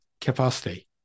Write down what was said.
capacity